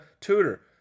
tutor